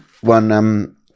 one